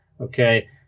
Okay